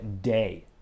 day